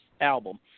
album